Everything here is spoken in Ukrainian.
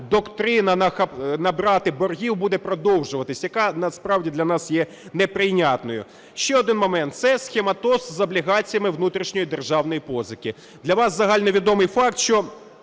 доктрина набрати боргів буде продовжуватись, яка насправді для нас є неприйнятною. Ще один момент. Це схематоз з облігаціями внутрішньої державної позики. Для вас загальновідомий факт, що